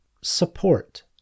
Support